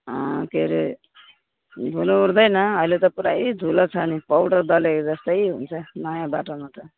के अरे धुलो उड्दैन अहिले त पुरै धुलो छ पाउडर दलेको जस्तै हुन्छ नयाँ बाटोमा त